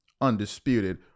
Undisputed